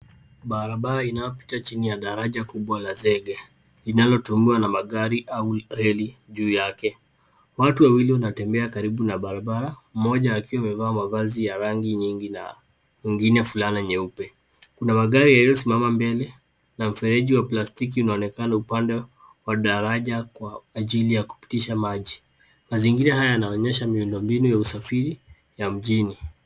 Barabara inayopita chini ya daraja kubwa la zege linalotumiwa na magari au reli juu yake. Watu wawili wanatembea kando ya barabara mmoja akiwa maevaa mavazi ya rangi nyingi na mwingine fulana nyeupe. Kuna magari yaliyosimama mbele na mfereji wa plastiki unaonekana upande wa daraja kwa ajili ya kupitisha maji. Mazingira haya yanaonyesha miundo mbinu ya usafiri ya mjini